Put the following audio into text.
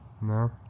No